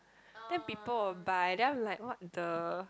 people will buy then I'm like what the